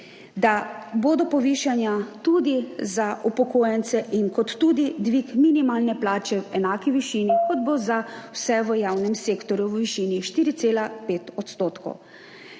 da bodo povišanja tudi za upokojence in da bo dvig minimalne plače v enaki višini, kot bo za vse v javnem sektorju, v višini 4,5 %.